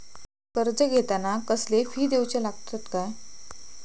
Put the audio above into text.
कर्ज घेताना कसले फी दिऊचे लागतत काय?